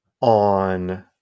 on